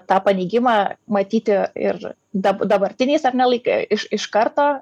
tą paneigimą matyti ir dab dabartiniais ar ne laikais iš iš karto